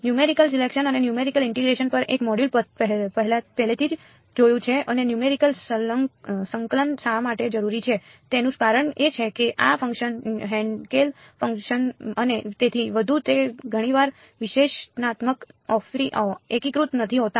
numerical સંકલન અમે numerical integration પર એક મોડ્યુલ પહેલેથી જ જોયું છે અને નયુમેરિકલ સંકલન શા માટે જરૂરી છે તેનું કારણ એ છે કે આ ફંક્શન્સ હેન્કેલ ફંક્શન્સ અને તેથી વધુ તે ઘણીવાર વિશ્લેષણાત્મક એકીકૃત નથી હોતા